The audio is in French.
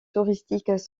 touristiques